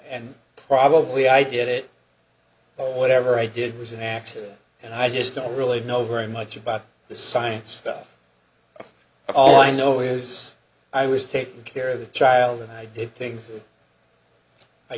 and probably i did it whatever i did was an accident and i just don't really know very much about the science stuff all i know is i was taking care of the child and i did things i